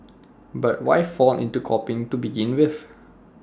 but why fall into copying to begin with